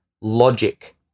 logic